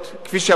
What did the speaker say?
כפי שאמרתי,